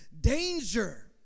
danger